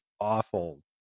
awful